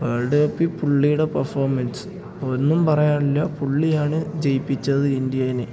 world കപ്പിൽ പുള്ളിയുടെ performance ഒന്നും പറയാനില്ല പുള്ളിയാണ് ജയിപ്പിച്ചത് ഇന്ത്യേനെ